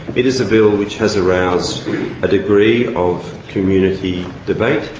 it is a bill which has aroused a degree of community debate.